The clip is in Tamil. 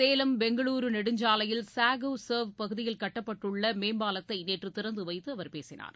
சேலம் பெங்களுர் நெடுஞ்சாலையில் சேகோ சர்வ் பகுதியில் கட்டப்பட்டுள்ள மேம்பாலத்தை நேற்று திறந்து வைத்து அவர் பேசினார்